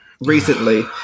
recently